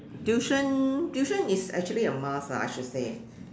tuition tuition is actually a must lah I should say